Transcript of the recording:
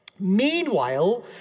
Meanwhile